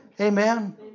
Amen